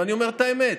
ואני אומר את האמת,